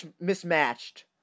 mismatched